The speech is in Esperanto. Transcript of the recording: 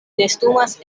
nestumas